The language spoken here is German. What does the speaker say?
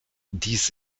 dies